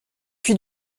puis